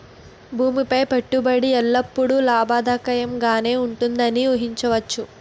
భూమి పై పెట్టుబడి ఎల్లప్పుడూ లాభదాయకంగానే ఉంటుందని ఊహించవచ్చు